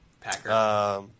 Packer